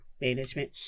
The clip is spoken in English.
management